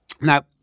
Now